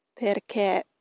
perché